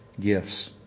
gifts